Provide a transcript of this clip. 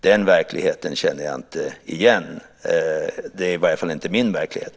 Den verkligheten känner jag inte igen. Det är i varje fall inte min verklighet.